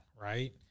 right